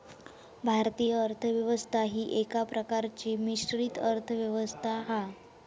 भारतीय अर्थ व्यवस्था ही एका प्रकारची मिश्रित अर्थ व्यवस्था हा